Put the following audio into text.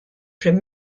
prim